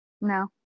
No